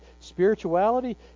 spirituality